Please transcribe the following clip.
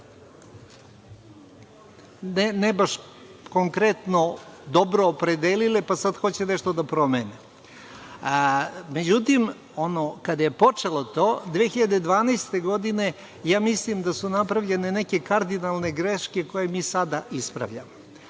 ne baš konkretno dobro opredelile, pa sad hoće nešto da promene.Međutim, kada je počelo to, 2012. godine, ja mislim da su napravljene neke kardinalne greške koje mi sada ispravljamo.